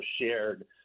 shared